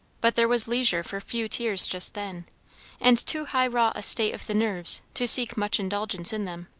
but there was leisure for few tears just then and too high-wrought a state of the nerves to seek much indulgence in them.